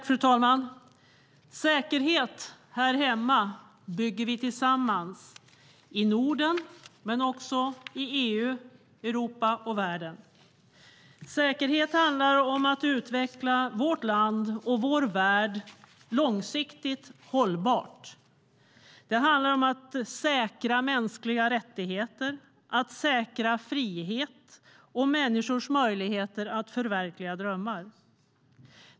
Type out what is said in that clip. Fru talman! Säkerhet här hemma bygger vi tillsammans i Norden men också i EU, Europa och världen. Säkerhet handlar om att utveckla vårt land och vår värld långsiktigt hållbart. Det handlar om att säkra mänskliga rättigheter, frihet och människors möjligheter att förverkliga drömmar.